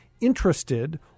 interested